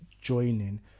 joining